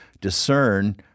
discern